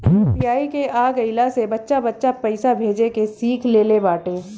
UPI के आ गईला से बच्चा बच्चा पईसा भेजे के सिख लेले बाटे